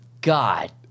God